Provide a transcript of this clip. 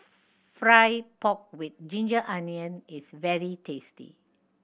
fry pork with ginger onion is very tasty